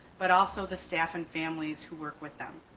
but also the staff and families who work with them.